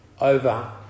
over